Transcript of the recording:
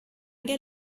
get